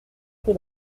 peu